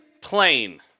Plane